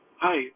Hi